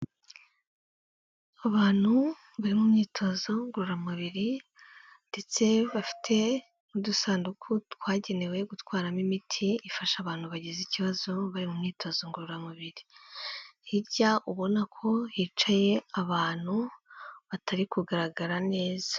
Abantu buri myitozo ngororamubiri ndetse bafite n'udusanduku twagenewe gutwaramo imiti ifasha abantu bagize ikibazo bari mu myitozo ngororamubiri, hirya ubona ko hicaye abantu batari kugaragara neza.